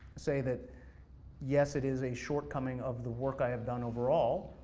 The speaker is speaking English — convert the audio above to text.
say that yes, it is a shortcoming of the work i have done overall,